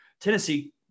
Tennessee